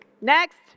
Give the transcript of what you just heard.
next